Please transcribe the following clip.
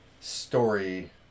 story